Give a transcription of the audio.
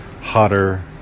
hotter